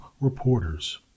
reporters